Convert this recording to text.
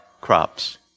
crops